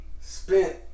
spent